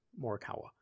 Morikawa